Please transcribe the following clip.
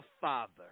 father